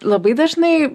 labai dažnai